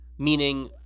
meaning